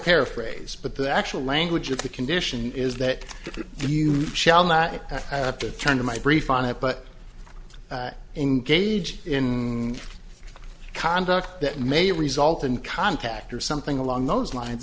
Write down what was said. paraphrase but the actual language of the condition is that you shall not have to turn to my brief on it but engage in conduct that may result in contact or something along those lines